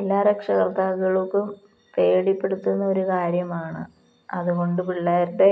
എല്ലാ രക്ഷകർത്താക്കള്ക്കും പേടിപ്പെടുത്തുന്നൊരു കാര്യമാണ് അതുകൊണ്ടു പിള്ളേരുടെ